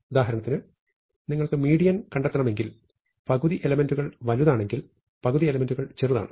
ഉദാഹരണത്തിന് നിങ്ങൾക്ക് മീഡിയൻ കണ്ടെത്തണമെങ്കിൽ പകുതി എലെമെന്റുകൾ വലുതാണെങ്കിൽ പകുതി എലെമെന്റുകൾ ചെറുതാണ്